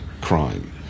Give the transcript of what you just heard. crime